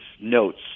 notes